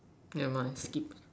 never mind skip